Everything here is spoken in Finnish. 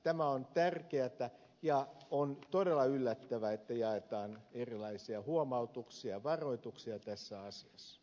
tämä on tärkeätä ja on todella yllättävää että jaetaan erilaisia huomautuksia ja varoituksia tässä asiassa